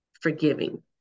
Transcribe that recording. forgiving